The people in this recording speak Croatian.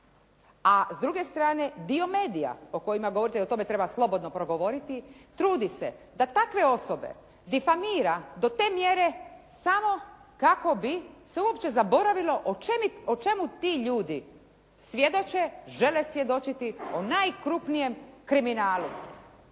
A s druge strane, dio medija o kojima govorite i o tome treba slobodno progovoriti trudi se da takve osobe difamira do te mjere samo kako bi se uopće zaboravilo o čemu ti ljudi svjedoče, žele svjedočiti o najkrupnijem kriminalu.